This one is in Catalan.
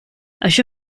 això